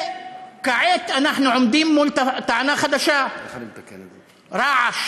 וכעת אנחנו עומדים מול טענה חדשה, רעש,